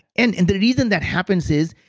and and the reason that happens is,